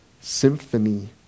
symphony